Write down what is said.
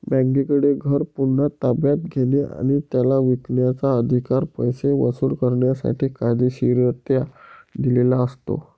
बँकेकडे घर पुन्हा ताब्यात घेणे आणि त्याला विकण्याचा, अधिकार पैसे वसूल करण्यासाठी कायदेशीररित्या दिलेला असतो